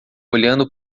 olhando